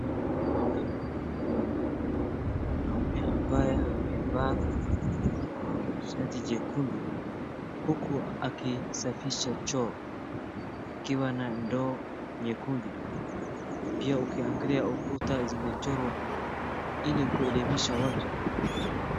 Mwanaume ambaye amevaa sharti jekundu huku akisafisha choo akiwa na ndoo nyekundu. Na pia ukiangalia ukuta zimechorwa ili kuelimisha watu.